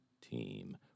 team